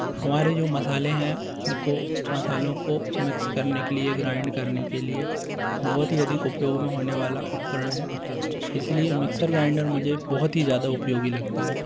हमारे जो मसाले हैं उनको मसालों को मिक्स करने के लिए ग्राइंड करने के लिए बहुत ही अधिक उपयोग में होने वाला उपकरण है इसी लिए मिक्सर ग्राइंडर मुझे बहुत ही ज़्यादा उपयोगी लगता है